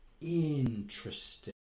Interesting